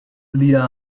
lia